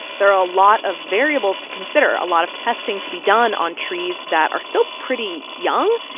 there are a lot of variables to consider, a lot of testing to be done on trees that are still pretty young,